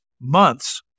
months